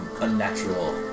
unnatural